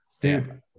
Dude